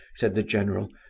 said the general.